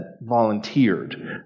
volunteered